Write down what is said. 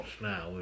now